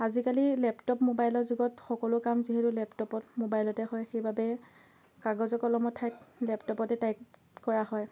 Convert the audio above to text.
আজিকালি লেপটপ মোৱাইলৰ যুগত সকলো কাম যিহেতু লেপটপত মোৱাইলতে হয় সেইবাবে কাগজৰ কলমৰ ঠাইত লেপটপতে টাইপ কৰা হয়